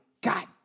God